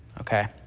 okay